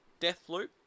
Deathloop